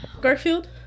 Garfield